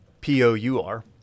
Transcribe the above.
p-o-u-r